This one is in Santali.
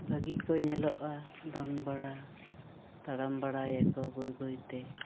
ᱵᱷᱟᱹᱜᱤ ᱠᱚ ᱧᱮᱞᱚᱜᱼᱟ ᱫᱚᱱ ᱵᱟᱲᱟ ᱛᱟᱲᱟᱢ ᱵᱟᱲᱟᱭᱟᱠᱚ ᱵᱟᱹᱭ ᱵᱟᱹᱭᱛᱮ